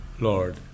Lord